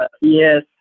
Yes